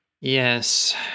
Yes